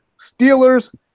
Steelers